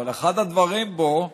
אבל אחד הדברים בו הוא